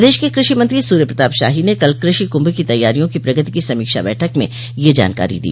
प्रदेश के कृषि मंत्री सूर्य प्रताप शाही ने कल कृषि कुम्म की तैयारियों की प्रगति की समीक्षा बैठक में यह जानकारी दी